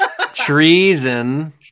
Treason